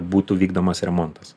būtų vykdomas remontas